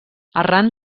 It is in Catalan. arran